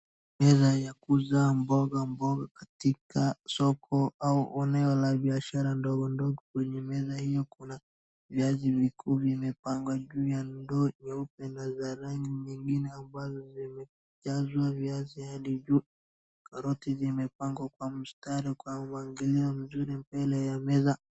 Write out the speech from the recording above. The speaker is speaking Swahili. Meza ya kuuza mbogamboga katika soko au eneo la biashara ndogondogo kwenye meza hiyo kuna viazi vikuu vimepangwa juu ya ndoo nyeupe na za rangi nyingine ambazo zimejazwa viazi hadi juu, karoti zimepangwa kwa mstari kwa mpangilio mzuri mbele ya meza.